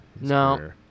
No